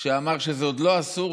שאמר שזה עוד לא אסור,